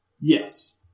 Yes